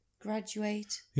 graduate